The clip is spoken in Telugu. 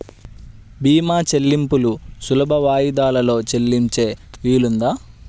భీమా చెల్లింపులు సులభ వాయిదాలలో చెల్లించే వీలుందా?